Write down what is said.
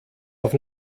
auf